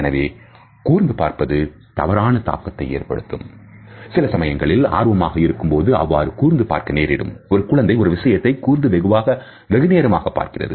எனவே கூர்ந்து பார்ப்பது தவறான தாக்கத்தை ஏற்படுத்தும் சில சமயங்களில் ஆர்வமாக இருக்கும்பொழுது அவ்வாறு கூர்ந்து பார்க்க நேரிடும் ஒரு குழந்தை ஒரு விஷயத்தை கூர்ந்து வெகுநேரமாக பார்க்கிறது